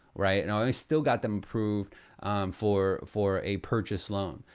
right? and i still got them approved for for a purchase loan.